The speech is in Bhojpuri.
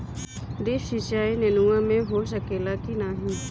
ड्रिप सिंचाई नेनुआ में हो सकेला की नाही?